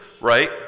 right